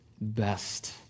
best